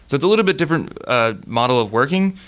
it's it's a little bit different ah model of working,